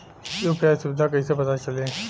UPI सुबिधा कइसे पता चली?